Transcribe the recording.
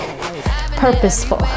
purposeful